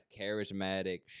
charismatic